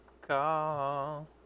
call